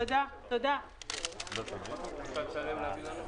תודה רבה, הישיבה נעולה.